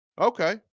Okay